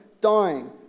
dying